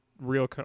real